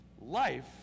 Life